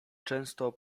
często